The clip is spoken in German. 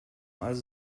also